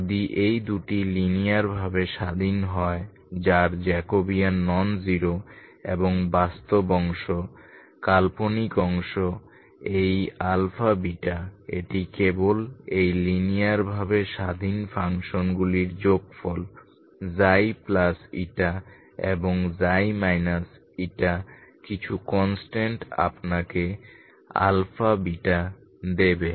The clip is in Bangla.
যদি এই দুটি লিনিয়ারভাবে স্বাধীন হয় যার জ্যাকোবিয়ান নন জিরো এবং বাস্তব অংশ কাল্পনিক অংশ এই α β এটি কেবল এই লিনিয়ারভাবে স্বাধীন ফাংশনগুলির যোগফল ξ এবং ξ কিছু কনস্ট্যান্ট আপনাকে α β দেবে